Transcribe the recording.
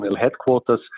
headquarters